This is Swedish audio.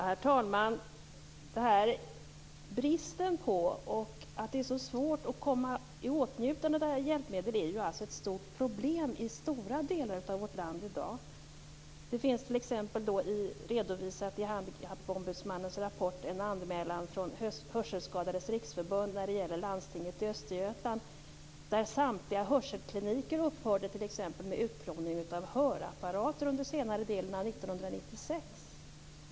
Herr talman! Att det är så svårt att komma i åtnjutande av hjälpmedel är ju ett stort problem i stora delar av vårt land i dag. Det finns t.ex. redovisat i 1996.